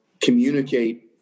communicate